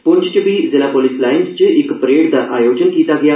पुंछ च बी जिला पुलस लाईन च इक परेड दा आयोजन कीता गेआ